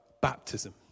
baptism